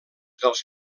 dels